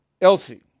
Elsie